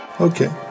Okay